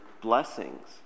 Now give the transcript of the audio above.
blessings